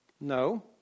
No